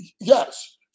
Yes